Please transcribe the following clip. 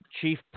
chief